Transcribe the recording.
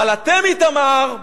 אבל אתם, איתמר,